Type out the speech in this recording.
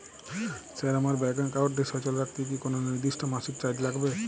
Sir আমার bank একাউন্টটি সচল রাখতে কি কোনো নির্দিষ্ট মাসিক চার্জ লাগবে?